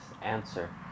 answer